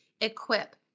equip